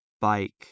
bike